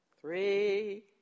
three